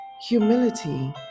humility